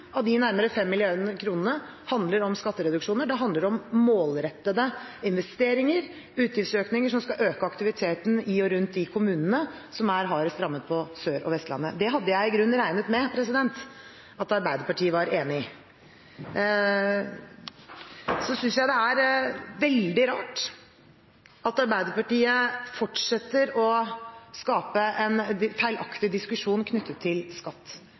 av de nærmere 5 mrd. kr handler om skattereduksjoner. Det handler om målrettede investeringer, utgiftsøkninger som skal øke aktiviteten i og rundt de kommunene som er hardest rammet på Sør- og Vestlandet. Det hadde jeg i grunnen regnet med at Arbeiderpartiet var enig i. Så synes jeg det er veldig rart at Arbeiderpartiet fortsetter å skape en feilaktig diskusjon knyttet til skatt.